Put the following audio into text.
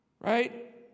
right